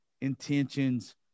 intentions